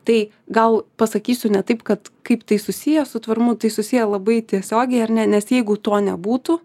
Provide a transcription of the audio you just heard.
tai gal pasakysiu ne taip kad kaip tai susiję su tvarumu tai susiję labai tiesiogiai ar ne nes jeigu to nebūtų